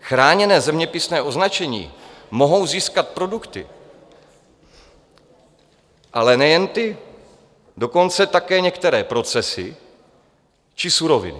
Chráněné zeměpisné označení mohou získat produkty, ale nejen ty, dokonce také některé procesy či suroviny.